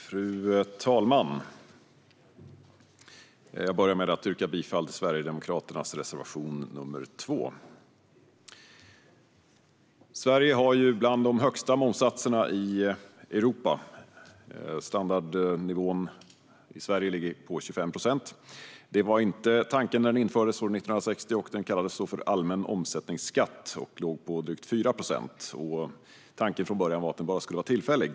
Fru talman! Jag börjar med att yrka bifall till Sverigedemokraternas reservation nr 2. Sverige har bland de högsta momssatserna i Europa. Standardnivån i Sverige ligger på 25 procent. Det var inte tanken när den infördes år 1960. Den kallades då för allmän omsättningsskatt och låg på drygt 4 procent. Tanken från början var att den bara skulle vara tillfällig.